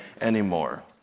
anymore